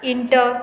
hint